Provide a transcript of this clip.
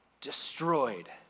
destroyed